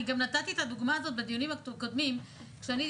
אני גם נתתי את הדוגמה הזאת בדיונים הקודמים כשדיברתי,